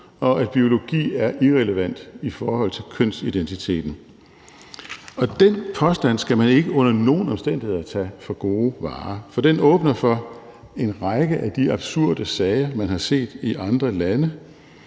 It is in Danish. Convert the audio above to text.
og biologi er irrelevant i forhold til kønsidentiteten. Den påstand skal man ikke under nogen omstændigheder tage for gode varer, for den åbner for en række af de absurde sager, man har set i andre lande.